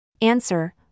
Answer